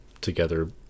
together